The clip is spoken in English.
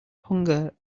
hunger